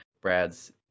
Brad's